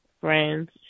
friends